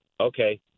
okay